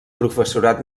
professorat